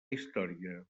història